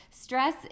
stress